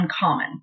uncommon